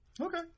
Okay